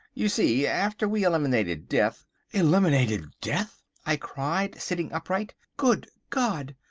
you see, after we eliminated death eliminated death! i cried, sitting upright. good god!